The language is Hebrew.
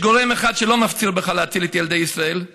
יש גורם אחד שלא מפציר בך להציל את ילדי ישראל,